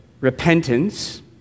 repentance